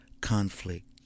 conflict